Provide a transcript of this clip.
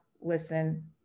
listen